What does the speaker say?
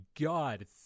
God